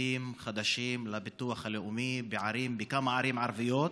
סניפים חדשים של הביטוח הלאומי בכמה ערים ערביות,